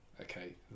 Okay